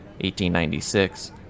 1896